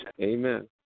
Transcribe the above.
amen